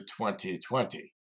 2020